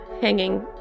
hanging